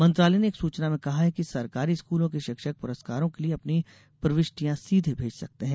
मंत्रालय ने एक सूचना में कहा है कि सरकारी स्कूलों के शिक्षक पुरस्कारों के लिए अपनी प्रविष्टियां सीधे भेज सकते हैं